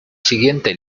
siguiente